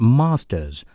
masters